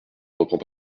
reprend